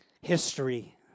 History